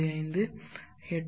5 8131